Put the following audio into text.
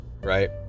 right